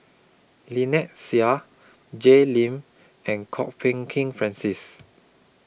Lynnette Seah Jay Lim and Kwok Peng Kin Francis